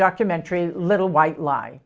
documentary a little white lie